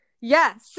Yes